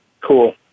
Cool